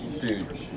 Dude